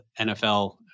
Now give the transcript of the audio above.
NFL